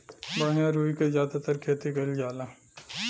बढ़िया रुई क जादातर खेती कईल जाला